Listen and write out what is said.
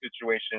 situation